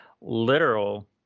literal